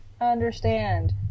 understand